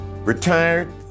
Retired